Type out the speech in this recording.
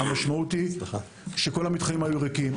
המשמעות היא שכל המתחמים היו ריקים.